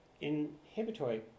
inhibitory